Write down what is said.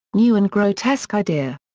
new and grotesque idea.